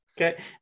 Okay